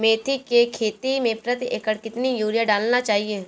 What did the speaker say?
मेथी के खेती में प्रति एकड़ कितनी यूरिया डालना चाहिए?